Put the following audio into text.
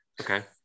Okay